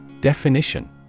Definition